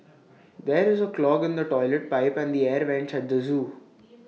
there is A clog in the Toilet Pipe and the air Vents at the Zoo